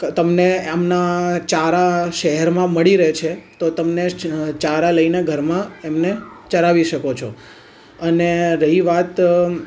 તમને હમણાં ચારા શહેરમાં મળી રહે છે તો તમને ચારા લઈને ઘરમાં એમને ચરાવી શકો છો અને રહી વાત